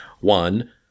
One